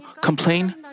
complain